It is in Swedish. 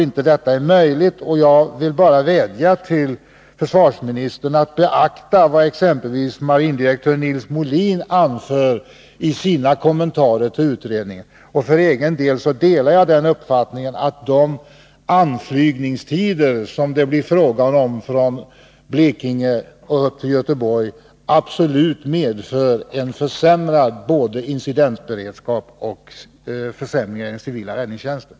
Jag vill därför rikta följande fråga till försvarsministern: Kommer statsrådet att bevaka att eventuella besparingsåtgärder får en sådan inriktning att nuvarande incidentberedskap och kapacitet på den civila räddningstjänstens område inte försvagas på västkusten och i Västsverige?